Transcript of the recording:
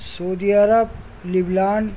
سعودی عرب لبنان